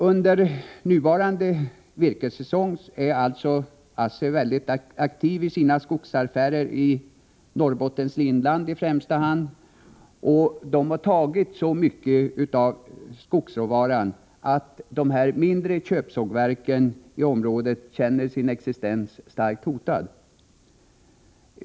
Under nuvarande virkessäsong är alltså ASSI mycket aktivt i sina skogsaffärer, i främsta hand i Norrbottens inland, och ASSTI har tagit så mycket av skogsråvaran att de mindre köpsågverken i området känner sin existens starkt hotad.